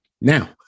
Now